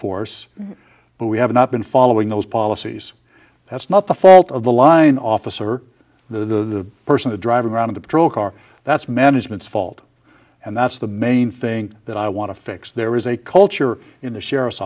force but we have not been following those policies that's not the fault of the line officer the person is driving around in the patrol car that's management's fault and that's the main thing that i want to fix there is a culture in the sheriff's